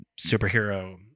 superhero